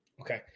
okay